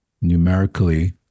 numerically